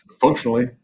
functionally